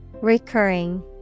Recurring